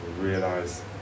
realize